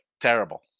terrible